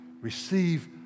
Receive